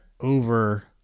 over